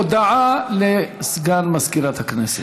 הודעה לסגן מזכירת הכנסת.